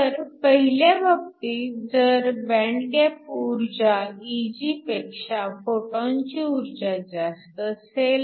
तर पहिल्या बाबतीत जर बँड गॅप ऊर्जा Eg पेक्षा फोटॉनची ऊर्जा जास्त असेल